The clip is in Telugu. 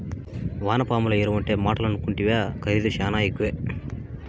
వానపాముల ఎరువంటే మాటలనుకుంటివా ఖరీదు శానా ఎక్కువే